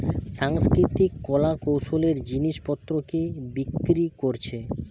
সাংস্কৃতিক কলা কৌশলের জিনিস পত্রকে বিক্রি কোরছে